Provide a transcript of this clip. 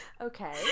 Okay